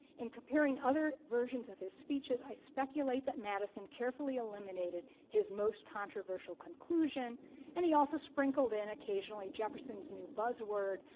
in comparing other versions of his speeches, i speculate that madison carefully eliminated his most controversial conclusion and he also sprinkled in occasionally jefferson's new buzzword,